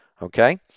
Okay